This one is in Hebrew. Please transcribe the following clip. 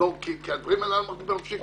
כי הדברים הללו בנפשי,